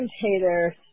commentator